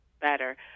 better